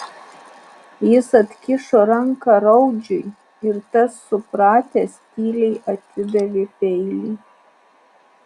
jis atkišo ranką raudžiui ir tas supratęs tyliai atidavė peilį